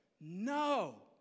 no